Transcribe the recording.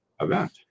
event